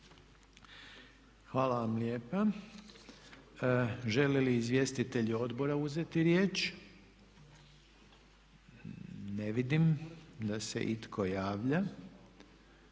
Dakle, žele li izvjestitelji Odbora uzeti riječ? Ne vidim da se itko javlja,